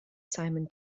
simon